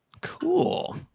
Cool